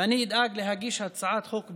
ואני אדאג להגיש הצעת חוק בעניין,